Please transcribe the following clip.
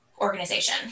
organization